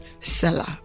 seller